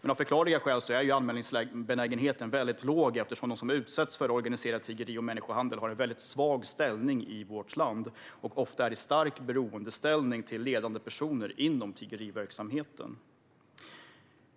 Men av förklarliga skäl är anmälningsbenägenheten väldigt låg eftersom de som utsätts för organiserat tiggeri och människohandel har en väldigt svag ställning i vårt land och ofta är i stark beroendeställning till ledande personer inom tiggeriverksamheten.